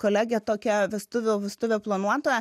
kolegę tokią vestuvių vestuvių planuotoją